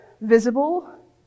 visible